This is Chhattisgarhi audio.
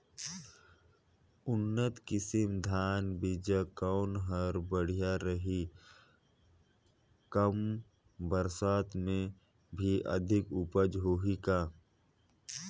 उन्नत किसम धान बीजा कौन हर बढ़िया रही? कम बरसात मे भी अधिक उपज होही का?